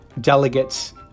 delegates